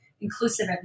inclusive